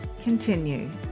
continue